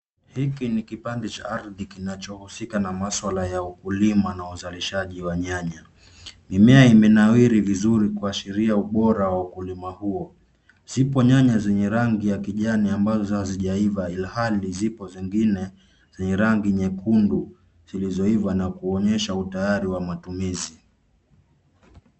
Hiki ni kipande cha ardhi kinachohusika na maswala ya ukulima na uzalishaji wa nyanya. Mimea imenawiri vizuri kwasheria ubora wa ukulima huo. Zipo nyanya zenye rangi ya kijani ambazo hazijaiva ilhali zipo zingine ni rangi nyekundu zilizoiva na kuonyesha utayari wa matumizi.